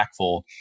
impactful